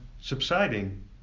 subsiding